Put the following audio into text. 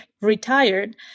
retired